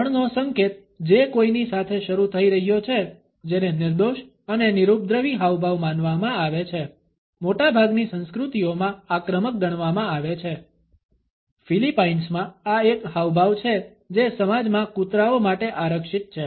ત્રણનો સંકેત જે કોઈની સાથે શરૂ થઈ રહ્યો છે જેને નિર્દોષ અને નિરૂપદ્રવી હાવભાવ માનવામાં આવે છે મોટાભાગની સંસ્કૃતિઓમાં આક્રમક ગણવામાં આવે છે ફિલિપાઈન્સમાં આ એક હાવભાવ છે જે સમાજમાં કુતરાઓ માટે આરક્ષિત છે